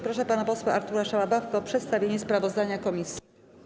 Proszę pana posła Artura Szałabawkę o przedstawienie sprawozdania komisji.